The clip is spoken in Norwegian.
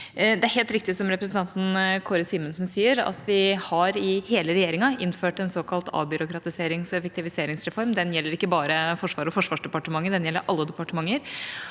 Det er helt riktig som representanten Kåre Simensen sier, at vi i hele regjeringa har innført en såkalt avbyråkratiserings- og effektiviseringsreform. Den gjelder ikke bare Forsvaret og Forsvarsdepartementet, den gjelder alle departementer.